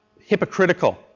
hypocritical